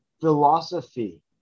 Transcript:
philosophy